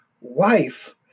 wife